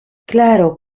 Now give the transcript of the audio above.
klaro